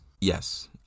yes